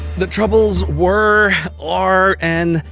the troubles were are? an.